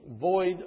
void